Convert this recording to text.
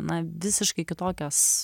na visiškai kitokios